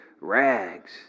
rags